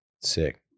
sick